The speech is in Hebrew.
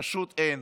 פשוט אין.